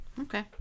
Okay